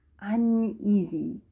uneasy